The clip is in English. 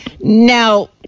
Now